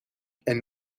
and